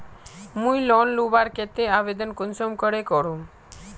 मुई लोन लुबार केते आवेदन कुंसम करे करूम?